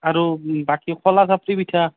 আৰু বাকী খলা চাপ্ৰি পিঠা